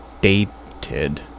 dated